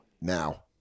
now